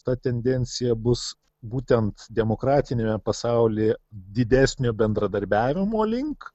ta tendencija bus būtent demokratiniame pasaulyje didesnio bendradarbiavimo link